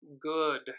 good